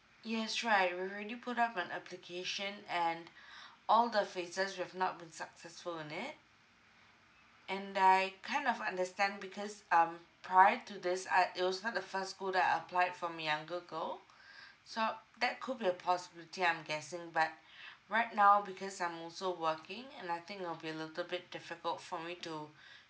yes right we've already put up an application and all the phases we've not been successful in it and I kind of understand because um prior to this I it was not the first school that I applied for my younger girl so that could be a possibility I'm guessing but right now because I'm also working and I think it'll be a little bit difficult for me to